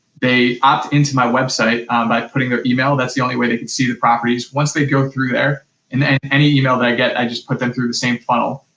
they opt into my website by putting their email, that's the only way they can see the properties. once they go through there, and any email that i get, i just put them through the same funnel.